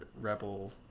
rebel